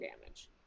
damage